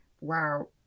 wow